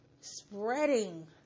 spreading